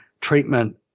treatment